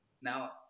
Now